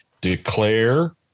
declare